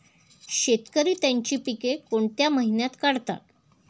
शेतकरी त्यांची पीके कोणत्या महिन्यात काढतात?